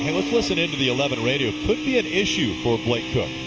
let's listen in to the eleven radio. could be an issue for blake koch.